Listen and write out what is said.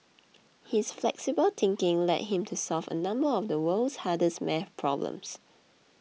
his flexible thinking led him to solve a number of the world's hardest math problems